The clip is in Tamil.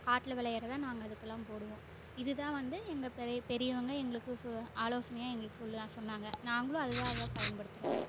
காட்டில் விளைகிறத நாங்கள் அதுக்கெல்லாம் போடுவோம் இது தான் வந்து எங்கள் பெரி பெரியவங்கள் எங்களுக்கு சொ ஆலோசனையாக எங்களுக்கு சொல் தான் சொன்னாங்க நாங்களும் அதுதான் அதுதான் பயன்படுத்துகிறோம்